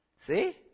See